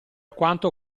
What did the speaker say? quanto